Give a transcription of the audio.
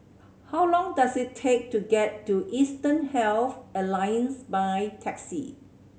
how long does it take to get to Eastern Health Alliance by taxi